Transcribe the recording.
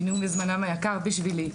פינו מזמנן היקר בשבילי.